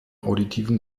auditiven